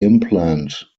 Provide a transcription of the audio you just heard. implant